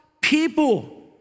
people